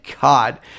God